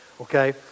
okay